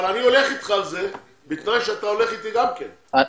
אבל אני הולך איתך על זה בתנאי שאתה הולך איתי גם כן,